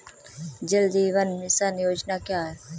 जल जीवन मिशन योजना क्या है?